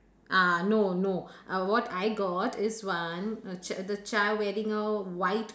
ah no no what I got is one the ch~ the child wearing a white